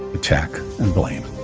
attack and blame.